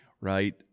right